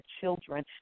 children